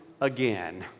again